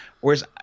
Whereas